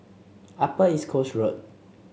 Upper East Coast Road